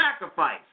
sacrifice